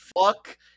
fuck